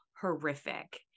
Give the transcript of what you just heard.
horrific